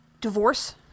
divorce